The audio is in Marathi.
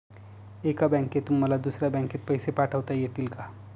एका बँकेतून मला दुसऱ्या बँकेत पैसे पाठवता येतील का?